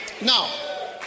Now